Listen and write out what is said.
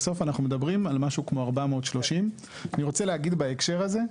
בסוף אנחנו מדברים על משהו כמו 430. אני רוצה להגיד בהקשר הזה,